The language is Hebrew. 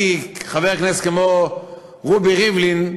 שלדעתי חבר כנסת כמו רובי ריבלין,